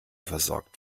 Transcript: versorgt